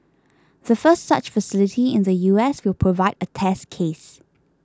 the first such facility in the U S will provide a test case